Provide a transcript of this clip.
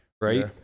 right